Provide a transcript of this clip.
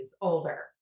older